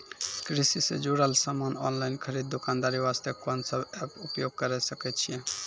कृषि से जुड़ल समान ऑनलाइन खरीद दुकानदारी वास्ते कोंन सब एप्प उपयोग करें सकय छियै?